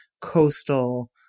coastal